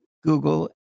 Google